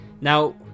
Now